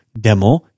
demo